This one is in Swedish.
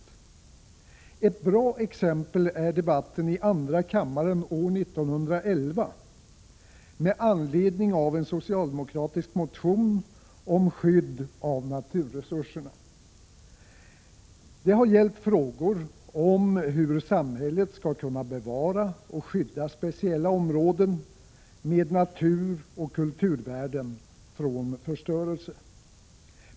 Ett bra 26 november 1986 exempel är debatten i andra kammaren år 1911 med anledning av en socialdemokratisk motion om skydd av naturresurserna. Det har gällt hur En lag om hushållning R Med naluseslren samhället skall kunna bevara och skydda speciella områden med naturoch RN. kulturvärden från förstörelse.